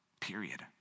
period